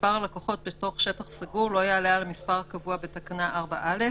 מספר הלקוחות בתוך שטח סגור לא יעלה על המספר הקבוע בתקנה 4(א),